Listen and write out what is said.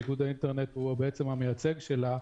שאיגוד האינטרנט הוא המייצג שלה,